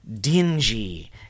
dingy